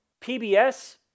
PBS